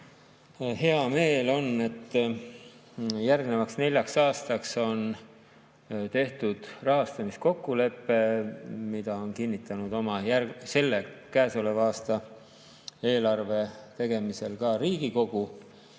on selle üle, et järgmiseks neljaks aastaks on tehtud rahastamiskokkulepe, mille on kinnitanud oma selle, käesoleva aasta eelarve tegemisel ka Riigikogu.